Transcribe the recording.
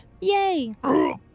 Yay